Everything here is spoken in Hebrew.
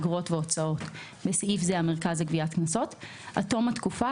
אגרות והוצאות (בסעיף זה המרכז לגביית קנסות) עד תום התקופה,